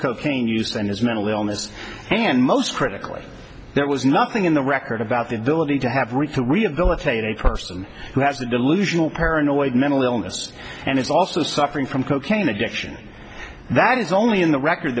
cocaine use and his mental illness and most critically there was nothing in the record about the ability to have reka rehabilitate a person who has a delusional paranoid mental illness and is also suffering from cocaine addiction that is only in the record